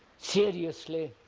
seriously,